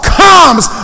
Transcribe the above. comes